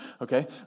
okay